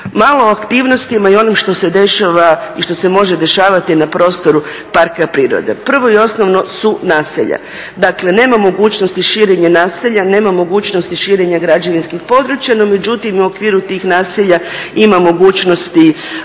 Malo o aktivnostima i onom što se dešava i što se može dešavati na prostoru parka prirode. Prvo i osnovno su naselja, dakle nema mogućnosti širenja naselja, nema mogućnosti širenja građevinskih područja no međutim u okviru tih naselja imamo mogućnosti